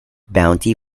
bounty